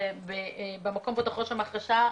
במקום בו תחרוש המחרשה,